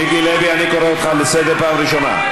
הליכוד, מיקי לוי, אני קורא אותך לסדר פעם ראשונה.